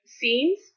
scenes